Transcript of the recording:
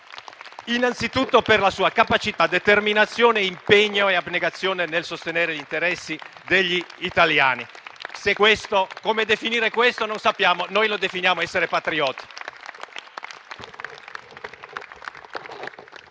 innanzitutto per la sua capacità, determinazione, impegno e abnegazione nel sostenere gli interessi degli italiani. Come definire questo non lo sappiamo: noi lo definiamo essere patrioti.